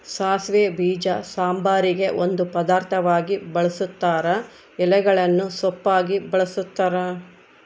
ಸಾಸಿವೆ ಬೀಜ ಸಾಂಬಾರಿಗೆ ಒಂದು ಪದಾರ್ಥವಾಗಿ ಬಳುಸ್ತಾರ ಎಲೆಗಳನ್ನು ಸೊಪ್ಪಾಗಿ ಬಳಸ್ತಾರ